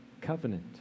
covenant